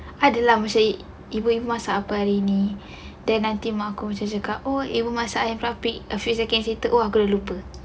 ada lah masa ibu yang masak apa hari ini then mak aku cakap oh ibu masak yang papprik a few seconds later lupa